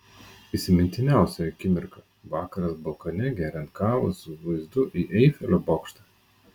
įsimintiniausia akimirka vakaras balkone geriant kavą su vaizdu į eifelio bokštą